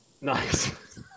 Nice